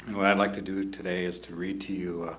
what i'd like to do today is to read to you